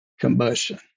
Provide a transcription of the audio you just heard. combustion